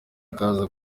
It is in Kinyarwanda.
akaza